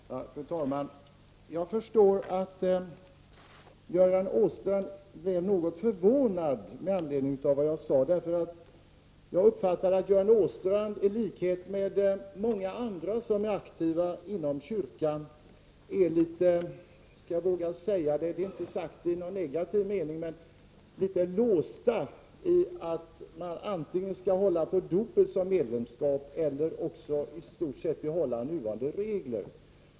Fru talman! Jag förstår att Göran Åstrand blev något förvånad med anledning av vad jag sade. Jag uppfattar att Göran Åstrand i likhet med många andra som är aktiva inom kyrkan är — inte sagt i någon negativ mening, men ändå -— litet låst vad gäller att man antingen skall hålla på dopet som villkor för medlemskap eller också i stort sett behålla nuvarande regler.